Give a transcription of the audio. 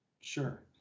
sure